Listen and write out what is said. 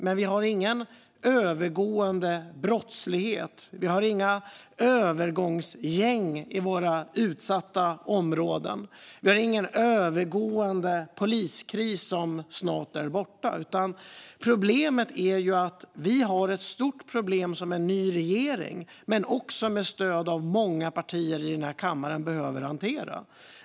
Men vi har ingen övergående brottslighet. Vi har inga övergångsgäng i våra utsatta områden. Vi har ingen övergående poliskris som snart är borta. Vi har ett stort problem som en ny regering med stöd av många partier i den här kammaren behöver hantera.